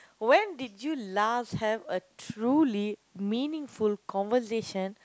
when did you last have a truly meaningful conversation